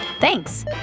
Thanks